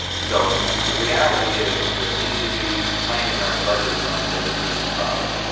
so, the reality is is that we need to be planning our budgets on the basis of